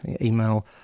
email